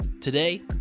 Today